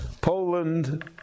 Poland